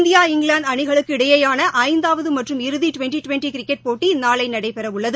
India England அணிகளுக்கு இடையேயான ஐந்தாவது மற்றும் இறுதி டுவெண்டி டுவெண்டி கிரிக்கெட் போட்டி நாளை நடைபெறவுள்ளது